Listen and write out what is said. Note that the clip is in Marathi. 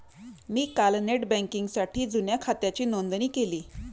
मी काल नेट बँकिंगसाठी जुन्या खात्याची नोंदणी केली